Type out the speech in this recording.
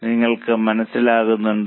നിങ്ങൾക്ക് മനസ്സിലാകുന്നുണ്ടോ